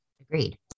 Agreed